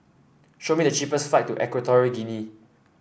show me the cheapest flight to Equatorial Guinea